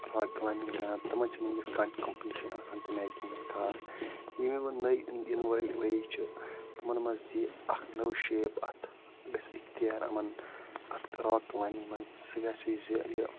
climbing کران تمن چھ نہٕ ونکیٚس کانٛہہ تہِ کمپلیشَن آسان تمہ آیہِ کِہیٖنۍ خاص یِم یم ونۍ نۓ یِنہٕ وٲلۍ ؤری چھِ تمن مَنٛز دِیہِ اکھ نٔو شیپ اتھ گَژھِ اِختیار یِمن اتھ راک کلایمبِنٛگ مَنٛز سُہ گَژھِ یہِ زِ